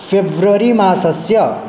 फेब्ररिमासस्य